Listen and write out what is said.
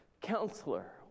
counselor